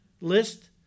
list